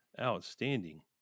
Outstanding